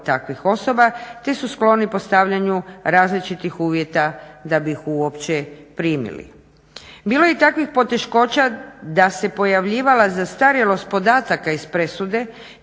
takvih osoba te su skloni postavljanju različitih uvjeta da bi ih uopće primili. Bilo je i takvih poteškoća da se pojavljivala zastarjelost podataka iz presude